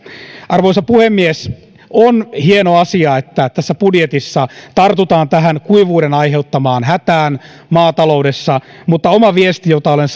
arvoisa puhemies on hieno asia että tässä budjetissa tartutaan tähän kuivuuden aiheuttamaan hätään maataloudessa mutta oma viesti jota olen